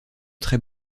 très